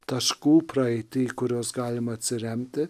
taškų praeity kuriuos galima atsiremti